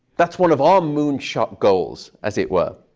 that's one of our moonshot goals, as it were.